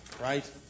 right